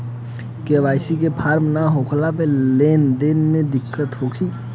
KYC के form न होले से लेन देन में दिक्कत होखी?